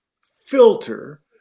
filter